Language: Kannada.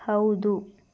ಹೌದು